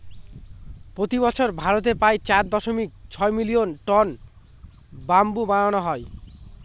প্রতি বছর ভারতে প্রায় চার দশমিক ছয় মিলিয়ন টন ব্যাম্বু বানানো হয়